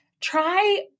try